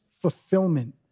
fulfillment